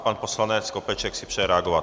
Pan poslanec Skopeček si přeje reagovat.